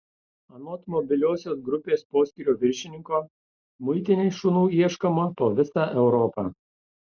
anot mobiliosios grupės poskyrio viršininko muitinei šunų ieškoma po visą europą